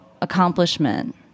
accomplishment